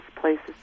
places